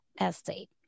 estate